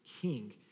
king